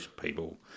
people